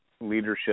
leadership